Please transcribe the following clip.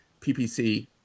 PPC